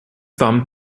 wam